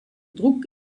druck